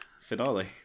finale